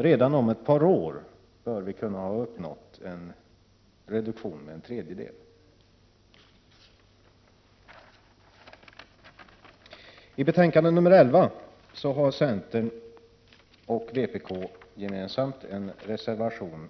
Redan om ett par år bör vi ha kunnat uppnå en reduktion med en tredjedel. I betänkande 11 har centern och vpk en gemensam reservation